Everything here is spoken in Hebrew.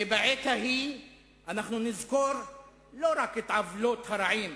כי בעת ההיא אנחנו נזכור לא רק את עוולות הרעים,